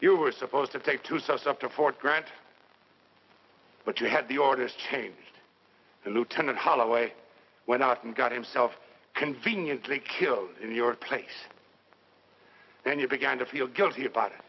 you were supposed to take two steps up to fort grant but you had the orders changed to lieutenant holloway went out and got himself conveniently killed in your place then you began to feel guilty about it